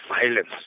violence